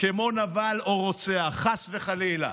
כמו "נבל" או "רוצח" חס וחלילה.